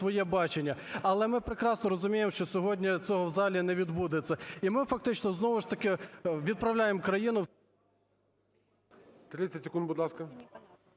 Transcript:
30 секунд, будь ласка.